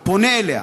אני פונה אליה: